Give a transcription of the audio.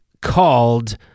called